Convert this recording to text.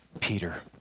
Peter